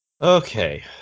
Okay